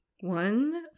One